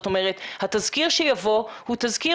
התזכיר שיבוא הוא תזכיר,